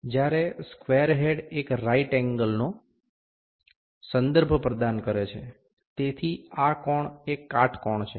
જ્યારે square head એક right એન્ગલનોકાટખૂણાનો સંદર્ભ પ્રદાન કરે છે તેથી આ કોણ એ કાટકોણ છે